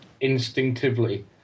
instinctively